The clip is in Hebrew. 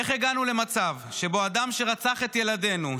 איך הגענו למצב שבו אדם שרצח את ילדינו,